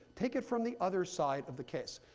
take it from the other side of the case.